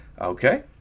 okay